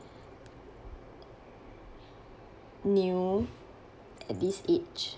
new at this age